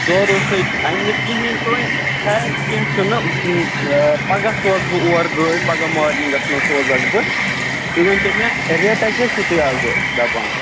ژورو سۭتۍ اَندِ نہٕ کِہیٖنۍ تہٕ ونۍ خیر کیٚنٛہہ چھُ نہٕ پگاہ سوزٕ بہٕ اور گٲڑۍ پَگاہ مارنِنٛگَس منٛز سوزَکھ بہٕ تُہۍ ؤنۍ تو مےٚ ریٹا کیٛاہ چھُو تُہۍ آزٕ دَپان